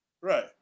right